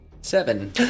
Seven